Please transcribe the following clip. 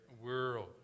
world